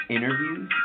interviews